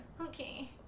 okay